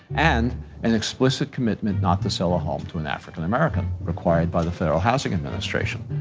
and an explicit commitment not to sell a home to an african american, required by the federal housing administration.